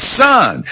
son